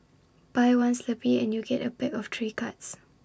buy one Slurpee and you get A pack of three cards